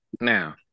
Now